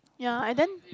ya and then